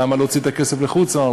למה להוציא את הכסף לחוץ-לארץ?